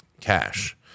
cash